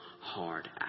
hard